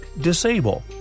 Disable